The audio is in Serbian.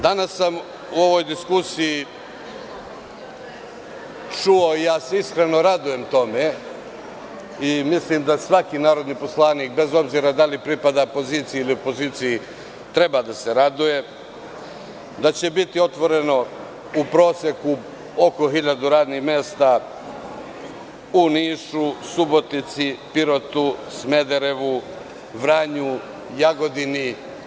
Danas sam u ovoj diskusiji čuo, iskreno se radujem tome imislim da svaki narodni poslanik, bez obzira da li pripada poziciji ili opoziciji, treba da se raduje, da će biti otvoreno u proseku oko 1000 radnih mesta u Nišu, Subotici, Pirotu, Smederevu, Vranju, Jagodini.